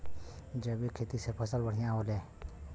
जैविक खेती से फसल बढ़िया होले